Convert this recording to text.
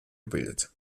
gebildet